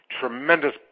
Tremendous